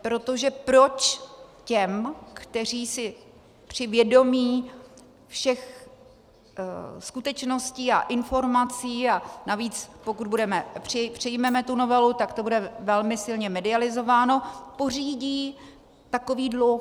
Protože proč těm, kteří si při vědomí všech skutečností a informací a navíc, pokud přijmeme tu novelu, tak to bude velmi silně medializováno pořídí takový dluh?